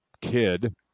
Kid